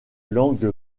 langue